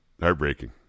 heartbreaking